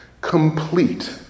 Complete